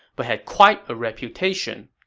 but had quite a reputation.